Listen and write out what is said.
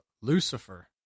Lucifer